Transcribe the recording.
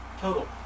total